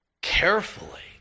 carefully